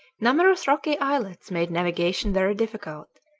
numerous rocky islets made navigation very difficult,